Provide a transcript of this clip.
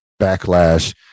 backlash